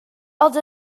els